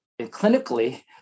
clinically